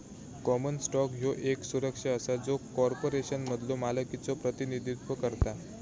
common stock ह्यो येक सुरक्षा असा जो कॉर्पोरेशनमधलो मालकीचो प्रतिनिधित्व करता